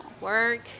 Work